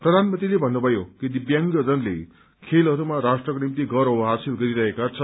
प्रधानमन्त्रीले भन्नुभयो कि दिव्यांगजनले खेलहरूमा राष्ट्रको निम्ति गौरव हासिल गरिरहेका छन्